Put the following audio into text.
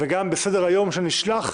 בסדר-היום שנשלח,